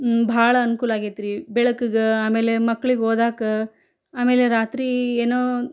ಭಾಳ ಅನ್ಕೂಲ ಆಗೈತ್ರಿ ಬೆಳಕಿಗೆ ಆಮೇಲೆ ಮಕ್ಳಿಗೆ ಓದೋಕೆ ಆಮೇಲೆ ರಾತ್ರಿ ಏನೋ